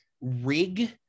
rig